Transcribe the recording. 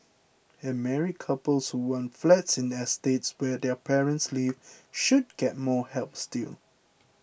and married couples who want flats in estates where their parents live should get more help still